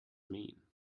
mean